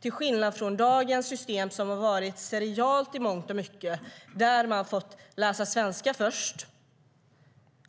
Det skiljer sig från dagens system, som i mångt och mycket varit seriellt - man har alltså fått läsa svenska först,